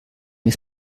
des